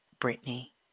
Brittany